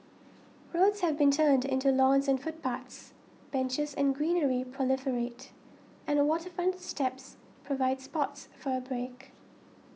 roads have been turned into lawns and footpaths benches and greenery proliferate and waterfronts steps provides spots for a break